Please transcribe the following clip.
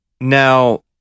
Now